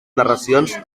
narracions